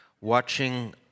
watching